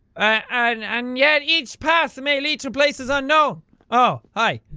and and yet each path may lead to places unknown. oh, hi.